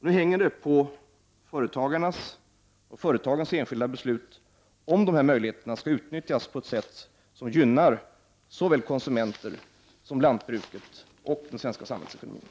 Nu hänger det på de enskilda företagens och företagarnas beslut om dessa möjligheter skall utnyttjas på ett sätt som gynnar såväl konsumenter som lantbruket och den svenska samhällsekonomin.